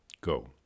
Go